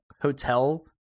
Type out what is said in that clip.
hotel